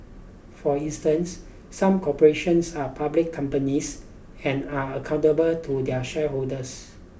for instance some corporations are public companies and are accountable to their shareholders